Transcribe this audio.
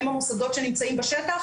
הם המוסדות שנמצאים בשטח,